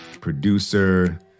producer